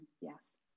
yes